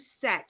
set